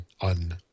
un